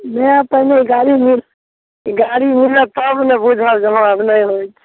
नहि कोनो गाड़ी गाड़ी मिलत तब ने बुझब जे मिलै हइ